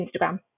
Instagram